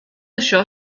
això